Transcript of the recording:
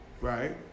right